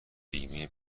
بیمه